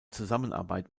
zusammenarbeit